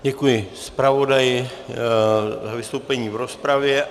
Děkuji zpravodaji za vystoupení v rozpravě.